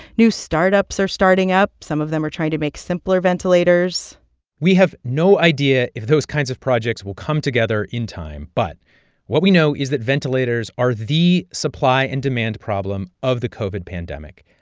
new startups are starting up. some of them are trying to make simpler ventilators we have no idea if those kinds of projects will come together in time. but what we know is that ventilators are the supply and demand problem of the covid pandemic.